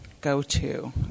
go-to